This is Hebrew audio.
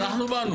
אבל אנחנו באנו.